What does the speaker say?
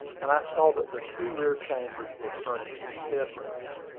and i saw that the two rear chambers were furnished as bedrooms.